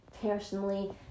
personally